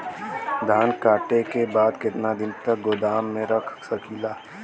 धान कांटेके बाद कितना दिन तक गोदाम में रख सकीला?